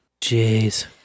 Jeez